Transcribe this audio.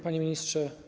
Panie Ministrze!